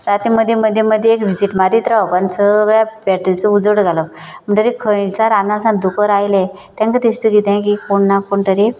राती मदीं मदीं मदीं एक विजीट मारीत रावप आनी सगल्या बॅटरीचो उजवड घालप म्हणटगीर खंयसान रानां दुकर आयले तांकां दिसता किदें की कोण ना कोण तरी